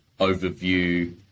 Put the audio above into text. overview